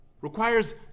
requires